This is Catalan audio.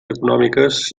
econòmiques